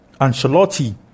Ancelotti